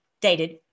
dated